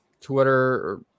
Twitter